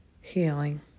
healing